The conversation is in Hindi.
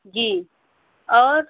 जी और